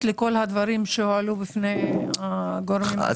לכל הדברים שהועלו בפני כל הגורמים האלה.